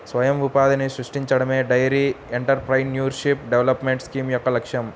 స్వయం ఉపాధిని సృష్టించడమే డెయిరీ ఎంటర్ప్రెన్యూర్షిప్ డెవలప్మెంట్ స్కీమ్ యొక్క లక్ష్యం